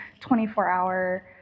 24-hour